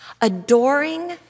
adoring